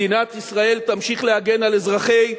מדינת ישראל תמשיך להגן על אזרחי הדרום,